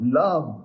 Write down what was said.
love